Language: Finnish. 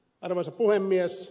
arvoisa puhemies